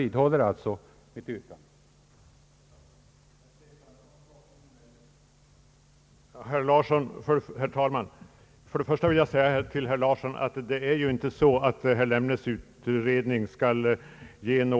Jag vidhåller mitt yrkande.